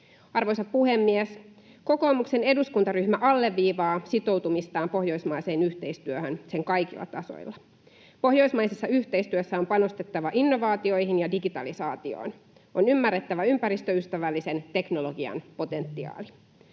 Arvoisa puhemies! Kokoomuksen eduskuntaryhmä alleviivaa sitoutumistaan pohjoismaiseen yhteistyöhön sen kaikilla tasoilla. Pohjoismaisessa yhteistyössä on panostettava innovaatioihin ja digitalisaatioon. On ymmärrettävä ympäristöystävällisen teknologian potentiaali.